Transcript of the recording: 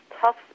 tough